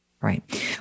Right